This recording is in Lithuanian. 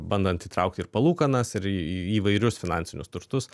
bandant įtraukti ir palūkanas ir į įvairius finansinius turtus